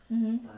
mmhmm